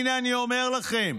הינה אני אומר לכם: